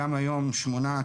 גם היום שמונה,